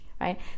right